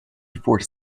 before